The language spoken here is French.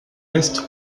est